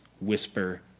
whisper